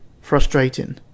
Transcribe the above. frustrating